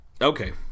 okay